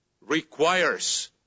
requires